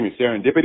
serendipity